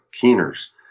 keener's